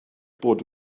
bod